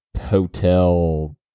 hotel